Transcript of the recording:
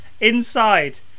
inside